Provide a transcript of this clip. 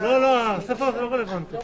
הסתייגות מס'